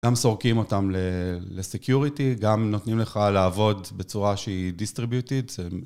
גם סורקים אותם לסקיוריטי, גם נותנים לך לעבוד בצורה שהיא דיסטריביוטית.